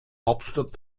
hauptstadt